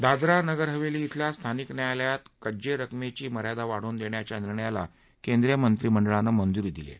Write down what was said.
दादरा नगर हवेली इथल्या स्थानिक न्यायालयात कज्जे रकमेची मर्यादा वाढवून देण्याच्या निर्णयाला कैंद्रीय मंत्रिमंडळानं मंजूरी दिली आहे